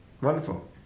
Wonderful